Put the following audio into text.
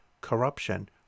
corruption